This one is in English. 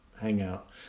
hangout